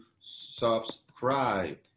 subscribe